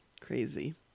Crazy